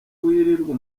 wirirwa